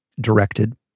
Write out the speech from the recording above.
directed